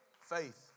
Faith